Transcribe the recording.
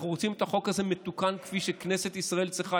אנחנו רוצים את החוק הזה מתוקן כפי שכנסת ישראל צריכה,